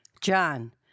John